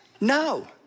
no